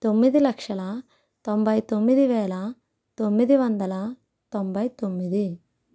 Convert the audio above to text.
తొమ్మిది లక్షల తొంభై తొమ్మిది వేల తొమ్మిది వందల తొంభై తొమ్మిది